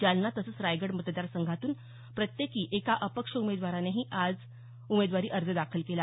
जालना तसंच रायगड मतदार संघातून प्रत्येकी एका अपक्ष उमेदवारानेही आज उमेदवारी अर्ज दाखल केला